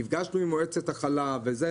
נפגשנו עם מועצת החלב, וזה,